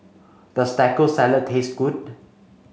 does Taco Salad taste good